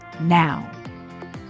Now